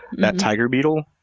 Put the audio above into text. that tiger beetle.